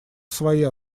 свои